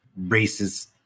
racist